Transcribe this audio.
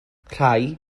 rhai